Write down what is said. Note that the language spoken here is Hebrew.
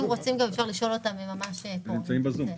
גם כשהן היו פרטיות.